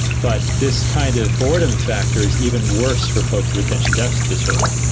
but this kind of boredom factor is even worse for folks with attention deficit disorder.